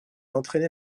entraîner